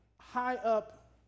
high-up